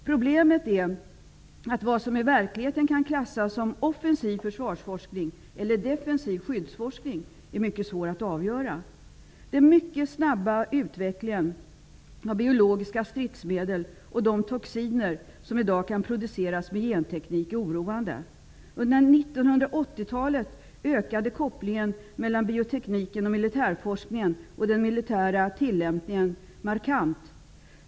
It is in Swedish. Problemet är att det är mycket svårt att avgöra vad som i verkligheten kan klassas som offensiv försvarsforskning eller defensiv skyddsforskning. Den mycket snabba utvecklingen beträffande biologiska stridsmedel och de toxiner som i dag kan produceras med genteknik är oroande. Under 1980-talet ökade kopplingen mellan biotekniken, militärforskningen och den militära tillämpningen markant.